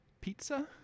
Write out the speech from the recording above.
pizza